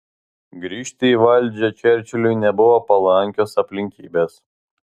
grįžti į valdžią čerčiliui nebuvo palankios aplinkybės